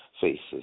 Faces